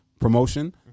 promotion